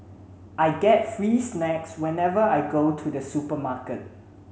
I get free snacks whenever I go to the supermarket